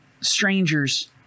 strangers